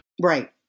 Right